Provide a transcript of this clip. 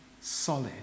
solid